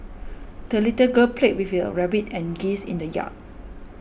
the little girl played with her rabbit and geese in the yard